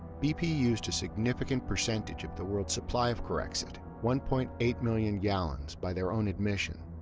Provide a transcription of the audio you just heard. bp used a significant percentage of the world supply of corexit, one point eight million gallons by their own admission,